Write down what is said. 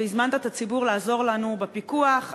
והזמנת את הציבור לעזור לנו בפיקוח,